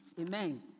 amen